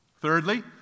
Thirdly